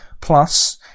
Plus